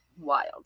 wild